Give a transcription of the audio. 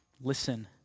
Listen